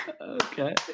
Okay